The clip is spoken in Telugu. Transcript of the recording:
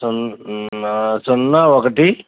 సున్నా ఒకటి